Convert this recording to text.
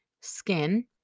skin